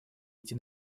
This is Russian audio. идти